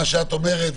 מה שאת אומרת,